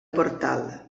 portal